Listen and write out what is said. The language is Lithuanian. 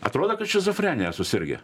atrodo kad šizofrenija susirgę